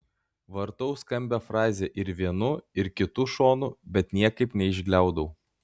vartau skambią frazę ir vienu ir kitu šonu bet niekaip neišgliaudau